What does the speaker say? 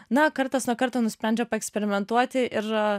na kartas nuo karto nusprendžia paeksperimentuoti ir